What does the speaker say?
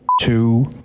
two